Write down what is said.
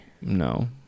No